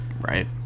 Right